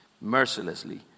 mercilessly